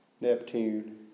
Neptune